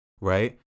right